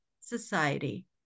society